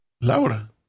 Laura